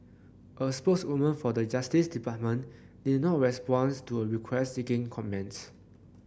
a spokeswoman for the Justice Department didn't respond to a request seeking comments